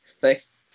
Thanks